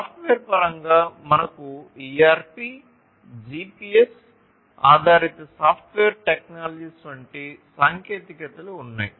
software పరంగా మనకు ERP GPS ఆధారిత సాఫ్ట్వేర్ టెక్నాలజీస్ వంటి సాంకేతికతలు ఉన్నాయి